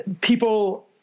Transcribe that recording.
people